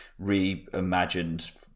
reimagined